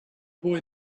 boy